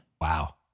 Wow